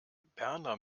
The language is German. berner